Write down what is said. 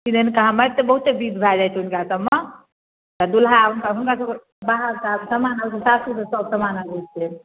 किदन कहाँ मारिते बहुते विध भऽ जाइ छै हुनकासबमे तऽ दुल्हा हुनकासबके बाहरसँ समान सासुरसँ सब समान अबै छै